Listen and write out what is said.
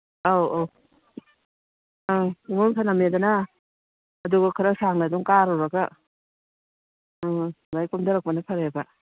ꯑꯧ ꯑꯧ ꯑꯪ ꯆꯤꯡꯈꯣꯡꯗ ꯊꯅꯝꯃꯦꯗꯅ ꯑꯗꯨꯒ ꯈꯔ ꯁꯥꯡꯅ ꯑꯗꯨꯝ ꯀꯥꯔꯨꯔꯒ ꯑ ꯑꯗꯨꯃꯥꯏ ꯀꯨꯝꯊꯔꯛꯄꯅ ꯐꯔꯦꯕ